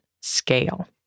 scale